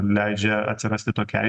leidžia atsirasti tokiai